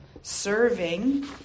serving